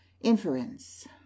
Inference